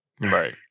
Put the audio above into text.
Right